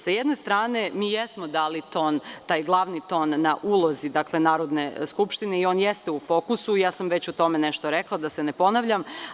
S jedne strane, mi jesmo dali taj glavni ton na ulozi Narodne skupštine i on jeste u fokusu i ja sam o tome već nešto rekla, da se ne ponavljam.